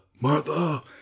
Martha